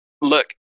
look